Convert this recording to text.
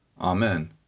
Amen